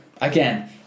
again